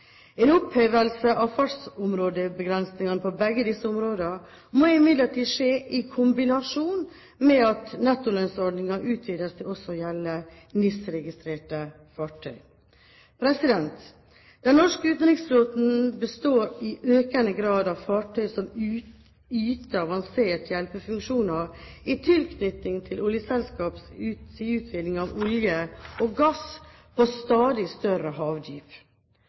En opphevelse av fartsområdebegrensningene på begge disse områdene må imidlertid skje i kombinasjon med at nettolønnsordningen utvides til også å gjelde NIS-registrerte fartøy. Den norske utenriksflåten består i økende grad av fartøy som yter avanserte hjelpefunksjoner i tilknytning til oljeselskapenes utvinning av olje og gass på stadig større